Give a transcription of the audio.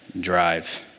drive